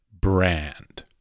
brand